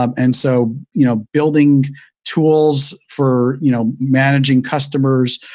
um and so you know building tools for you know managing customers,